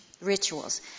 rituals